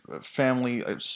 family